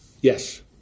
Yes